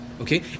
okay